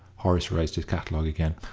horace raised his catalogue again.